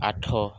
ଆଠ